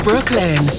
Brooklyn